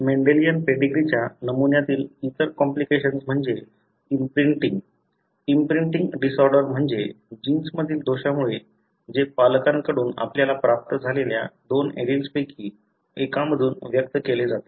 Mendelian पेडीग्रीच्या नमुन्यातील इतर कॉम्प्लिकेशन म्हणजे इम्प्रिंटिंग इम्प्रिंटिंग डिसऑर्डर म्हणजे जीन्समधील दोषामुळे जे पालकांकडून आपल्याला प्राप्त झालेल्या दोन एलील्सपैकी एकामधून व्यक्त केले जाते